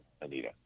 Anita